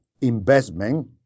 investment